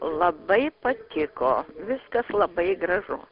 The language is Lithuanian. labai patiko viskas labai gražu